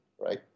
right